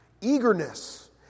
Eagerness